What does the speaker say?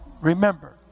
remember